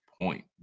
point